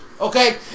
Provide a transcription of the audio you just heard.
Okay